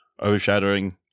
overshadowing